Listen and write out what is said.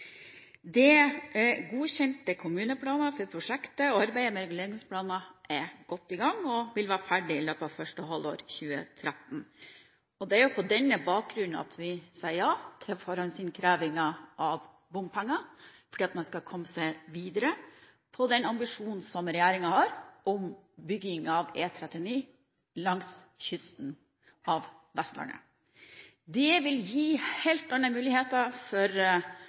er godkjente kommuneplaner for prosjektet, og arbeidet med reguleringsplaner er godt i gang og vil være ferdig i løpet av første halvår 2013. Det er på denne bakgrunn vi sier ja til forhåndsinnkrevingen av bompenger, slik at man skal komme videre med den ambisjonen regjeringen har om bygging av E39 langs kysten av Vestlandet. Det vil gi helt andre muligheter for